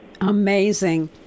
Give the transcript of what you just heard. Amazing